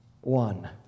one